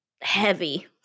heavy